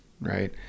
right